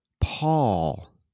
Paul